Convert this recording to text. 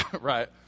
right